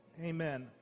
Amen